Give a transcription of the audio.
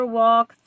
walk